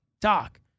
Doc